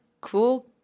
cool –